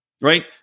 right